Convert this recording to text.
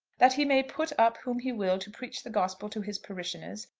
that he may put up whom he will to preach the gospel to his parishioners,